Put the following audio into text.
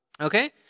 Okay